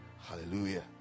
hallelujah